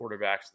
quarterbacks